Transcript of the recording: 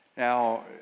Now